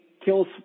kills